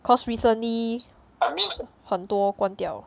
cause recently 很多关掉